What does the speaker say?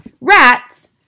Rats